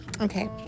Okay